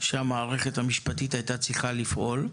שהמערכת המשפטית הייתה צריכה לפעול.